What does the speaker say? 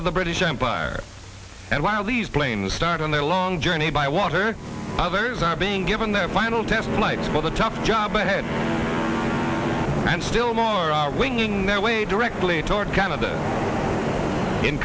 of the british empire and while these planes start on their long journey by water others are being given their final test flights but a tough job ahead and still more are winging their way directly toward kind of them in